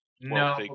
No